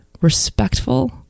respectful